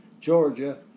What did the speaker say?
Georgia